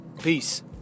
peace